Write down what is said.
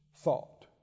thought